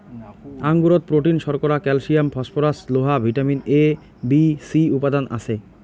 আঙুরত protein, শর্করা, calcium, phosphorus, লোহা, vitamin A, B, C উপাদান আছে